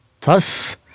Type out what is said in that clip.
Thus